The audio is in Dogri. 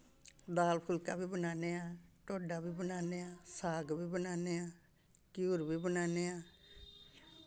दाल फुलका बी बनान्ने आं ढोडा बी बनान्ने आं साग बी बनान्ने आं घ्यूर बी बनान्ने आं